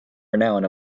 renown